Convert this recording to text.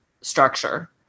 structure